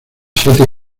siete